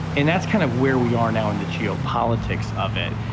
and that's kind of where we are now in the geopolitics of it.